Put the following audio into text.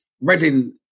Reading